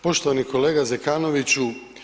Poštovani kolega Zekanoviću.